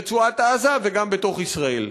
ברצועת-עזה, וגם בתוך ישראל.